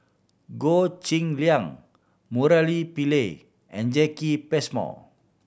Goh Cheng Liang Murali Pillai and Jacki Passmore